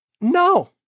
no